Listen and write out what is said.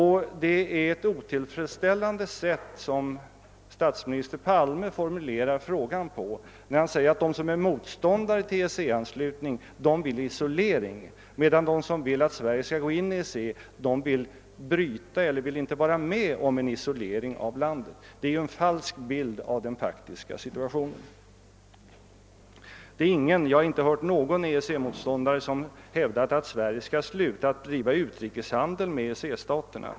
Herr Palme formulerar frågan på ett felaktigt sätt när han säger att de som är motståndare till EEC-anslutning önskar isolera Sverige, medan de som menar att vårt land skall gå in i EEC inte vill vara med om en isolering. Det är en falsk bild av den faktiska situationen. Jag har inte hört någon EEC-motståndare som hävdar att Sverige skall upphöra med att bedriva utrikeshandel med EEC-staterna.